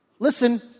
Listen